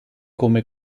come